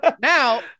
Now